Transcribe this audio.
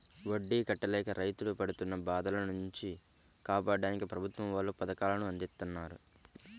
వడ్డీ కట్టలేక రైతులు పడుతున్న బాధల నుంచి కాపాడ్డానికి ప్రభుత్వం వాళ్ళు పథకాలను అందిత్తన్నారు